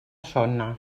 sona